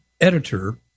editor